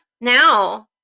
now